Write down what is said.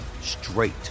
straight